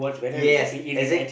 yes exact